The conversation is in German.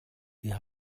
wir